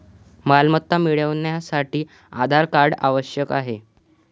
मालमत्ता मिळवण्यासाठी आधार कार्ड आवश्यक आहे